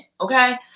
okay